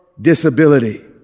disability